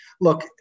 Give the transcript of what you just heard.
look